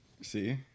See